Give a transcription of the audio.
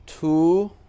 Two